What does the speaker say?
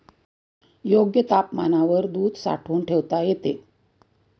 योग्य तापमानावर दूध साठवून ठेवता येते